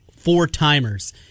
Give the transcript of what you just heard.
four-timers